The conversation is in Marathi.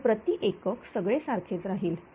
तर प्रति एकक सगळे सारखेच राहील